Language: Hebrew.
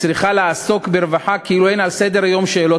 צריכה לעסוק ברווחה כאילו אין על סדר-היום שאלות